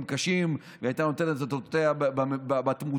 קשים והייתה נותנת את אותותיה בתמותה.